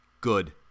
Good